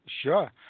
Sure